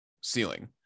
ceiling